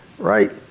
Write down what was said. right